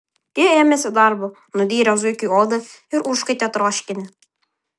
ji ėmėsi darbo nudyrė zuikiui odą ir užkaitė troškinį